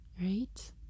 right